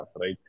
right